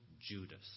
Judas